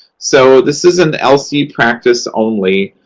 so, this is an lc practice only.